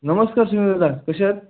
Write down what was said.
नमस्कार सुनील दादा कसे आहात